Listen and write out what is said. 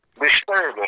Disturbing